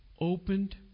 opened